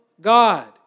God